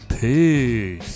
Peace